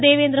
Devendra